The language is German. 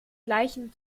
gleichem